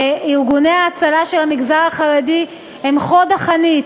ארגוני ההצלה של המגזר החרדי הם חוד החנית,